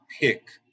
pick